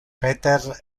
peter